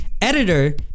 editor